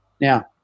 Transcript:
Now